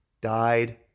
died